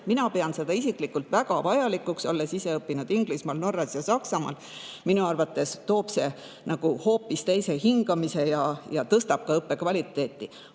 Mina pean seda väga vajalikuks, olles ise õppinud Inglismaal, Norras ja Saksamaal. Minu arvates toob see hoopis teise hingamise ja tõstab ka õppe kvaliteeti.